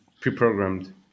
pre-programmed